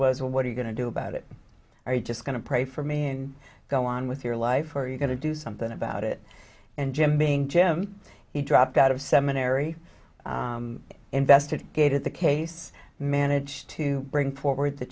well what are you going to do about it are you just going to pray for me and go on with your life or are you going to do something about it and jim being jim he dropped out of seminary invested gaited the case managed to bring forward the